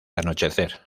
anochecer